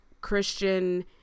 Christian